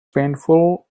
painful